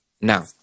now